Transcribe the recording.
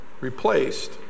replaced